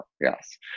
yes